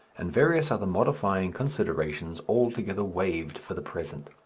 and various other modifying considerations altogether waived for the present.